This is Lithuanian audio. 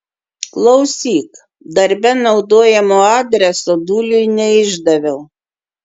klausyk darbe naudojamo adreso dūliui neišdaviau